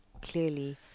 clearly